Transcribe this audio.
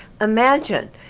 Imagine